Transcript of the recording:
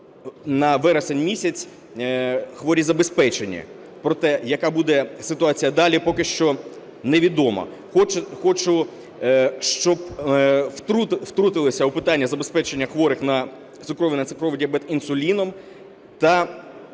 на вересень місяць хворі забезпечені, проте яка буде ситуація, далі поки що невідомо. Хочу, щоб втрутилися у питання забезпечення хворих на цукровий діабет інсуліном та